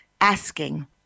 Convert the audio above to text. asking